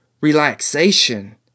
relaxation